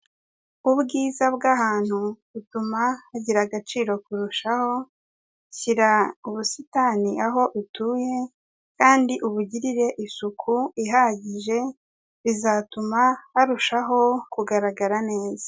Ubwiza bw'ahantu butuma hagira agaciro kurushaho, shyira ubusitani aho utuye kandi ubugirire isuku ihagije bizatuma harushaho kugaragara neza.